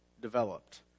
developed